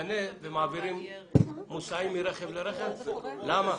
משתנה ומעבירים מוסעים מרכב לרכב, למה?